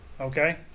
Okay